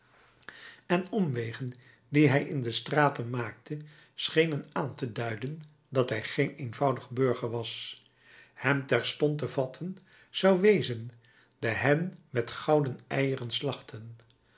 en omwegen die hij in de straten maakte schenen aan te duiden dat hij geen eenvoudig burger was hem terstond te vatten zou wezen de hen met gouden eieren slachten